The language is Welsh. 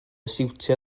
siwtio